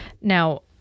Now